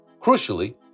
Crucially